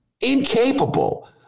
incapable